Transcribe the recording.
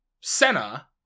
Senna